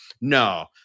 No